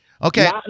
Okay